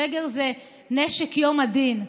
סגר זה נשק יום הדין,